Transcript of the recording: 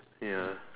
ya